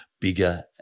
bigger